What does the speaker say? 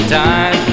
time